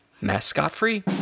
mascot-free